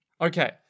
Okay